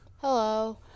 hello